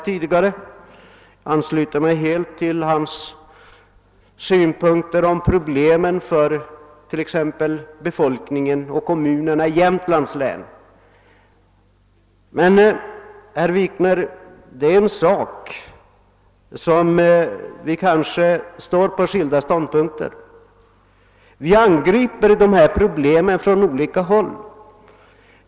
Jag ansluter mig helt till herr Wikners synpunkter på befolkningsfrågan för kommunerna i Jämtlands län, men i ett avseende har vi skilda åsikter; vi angriper kanske problemet från olika håll.